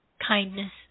kindness